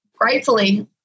gratefully